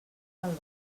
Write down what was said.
pel